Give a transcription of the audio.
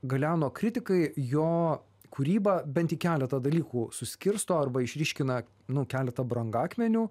galeano kritikai jo kūrybą bent į keletą dalykų suskirsto arba išryškina nu keletą brangakmenių